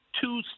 two